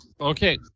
okay